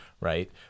right